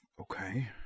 Okay